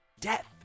death